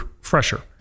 fresher